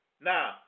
Now